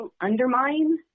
undermine